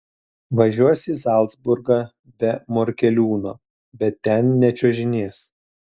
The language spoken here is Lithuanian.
važiuos į zalcburgą be morkeliūno bet ten nečiuožinės